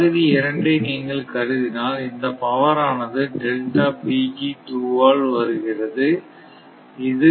பகுதி இரண்டை நீங்கள் கருதினால் இந்த பவர் ஆனதுஆல் வருகிறது இது